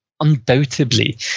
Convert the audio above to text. undoubtedly